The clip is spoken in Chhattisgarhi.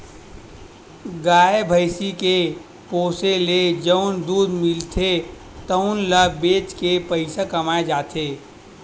गाय, भइसी के पोसे ले जउन दूद मिलथे तउन ल बेच के पइसा कमाए जाथे